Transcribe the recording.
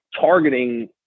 targeting